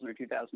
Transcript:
2000